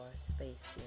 space